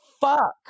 fuck